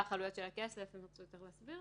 את העלויות של הכסף הם ירצו יותר להסביר